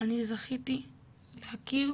אני זכיתי להכיר